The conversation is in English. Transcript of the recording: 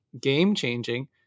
game-changing